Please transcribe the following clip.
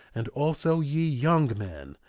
and also ye young men,